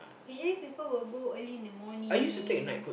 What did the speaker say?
usually people will go early in the morning